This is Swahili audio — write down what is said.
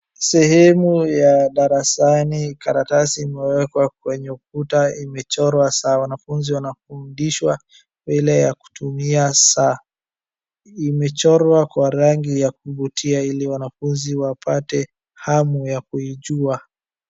Sehemu ya darasani karatasi imewekwa kwenye ukuta imechorwa saa. Wanafunzi wanafundishwa vile ya kutumia saa. Imechorwa kwa rangi ya kuvutia ili wanafunzi wapate hamu ya kuijua.